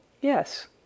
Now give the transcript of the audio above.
Yes